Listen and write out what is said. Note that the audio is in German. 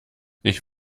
ich